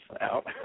out